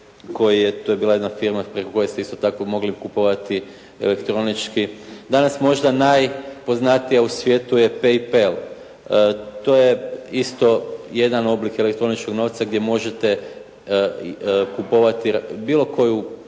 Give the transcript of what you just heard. to je bila jedna firma preko koje ste isto tako mogli kupovati, elektronički, danas možda najpoznatija u svijetu je pay pel. To je isto jedan oblik elektroničkog novca gdje možete kupovati bilo koju